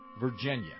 Virginia